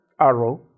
arrow